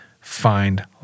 find